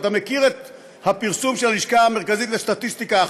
אתה מכיר את הפרסום של הלשכה המרכזית לסטטיסטיקה,